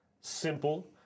simple